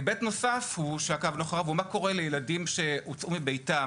היבט נוסף שעקבנו אחריו הוא מה קורה לילדים שהוצאו מביתם.